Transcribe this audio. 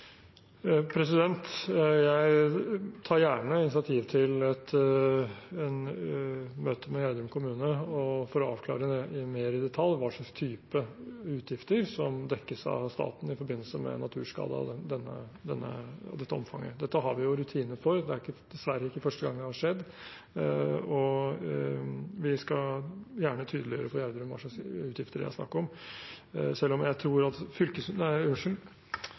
Jeg tar gjerne initiativ til et møte med Gjerdrum kommune for å avklare mer i detalj hva slags type utgifter som dekkes av staten i forbindelse med naturskade av dette omfanget. Dette har vi rutiner for, det er dessverre ikke første gangen det har skjedd. Vi skal gjerne tydeliggjøre for Gjerdrum hva slags utgifter det er snakk om, selv om jeg tror at